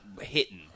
hitting